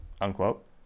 Unquote